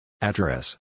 Address